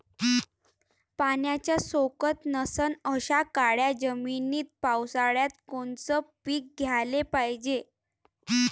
पाण्याचा सोकत नसन अशा काळ्या जमिनीत पावसाळ्यात कोनचं पीक घ्याले पायजे?